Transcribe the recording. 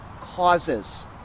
causes